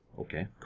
Okay